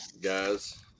guys